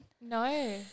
no